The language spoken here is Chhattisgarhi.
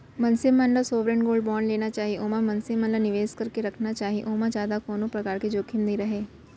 मनसे मन ल सॉवरेन गोल्ड बांड लेना चाही ओमा मनसे मन ल निवेस करके रखना चाही ओमा जादा कोनो परकार के जोखिम नइ रहय